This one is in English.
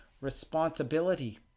responsibility